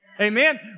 Amen